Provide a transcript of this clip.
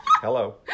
hello